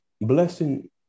blessing